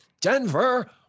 Denver